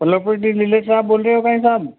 property dealer साहब बोल रहे हो भाई साहब